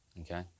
okay